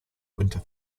winter